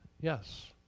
yes